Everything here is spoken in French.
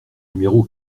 numéro